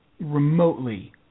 remotely